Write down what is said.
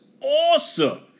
awesome